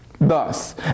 thus